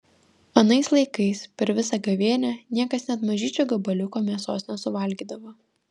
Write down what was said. anais laikais per visą gavėnią niekas net mažyčio gabaliuko mėsos nesuvalgydavo